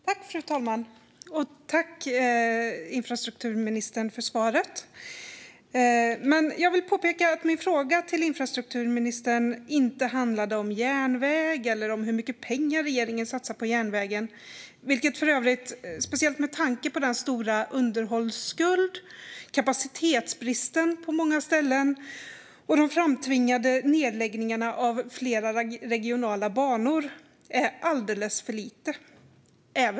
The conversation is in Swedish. Fru talman! Jag tackar infrastrukturministern för svaret. Jag vill dock påpeka att min fråga till infrastrukturministern inte handlade om järnvägen och hur mycket pengar regeringen satsar på den. Det är för övrigt alldeles för lite även om det är mycket, speciellt med tanke på den stora underhållsskulden, kapacitetsbristen på många ställen och de framtvingade nedläggningarna av flera regionala banor.